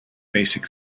basic